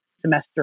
semester